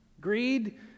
Greed